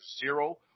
zero